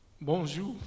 bonjour